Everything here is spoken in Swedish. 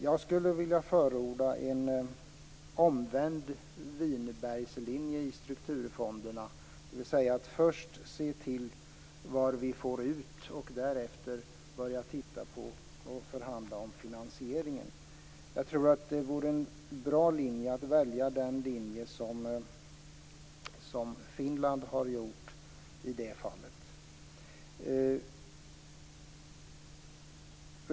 Jag skulle vilja förorda en omvänd Winbergslinje i strukturfonderna, dvs. först se till vad vi får ut och därefter börja förhandla om finansieringen. Jag tror att det skulle vara bra att välja den linje Finland har valt i det fallet.